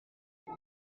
vous